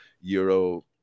Euro